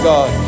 God